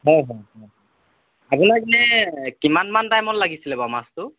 হয় হয় হয় আপোনাক এনেই কিমান মান টাইমত লাগিছিলে বাৰু মাছটো